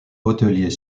hôtelier